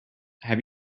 have